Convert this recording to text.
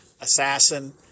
assassin